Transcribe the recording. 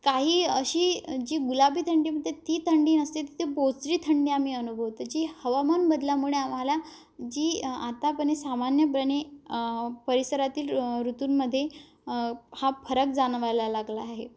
काही अशी जी गुलाबी थंडी म्हणतेे ती थंडी नसते तिथे बोचरी थंडी आम्ही अनुभवतो जी हवामान बदलामुळे आम्हाला जी आतापणे सामान्यपणे परिसरातील ऋतूंमध्ये हा फरक जाणवायला लागला आहे